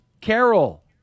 Carol